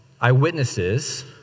eyewitnesses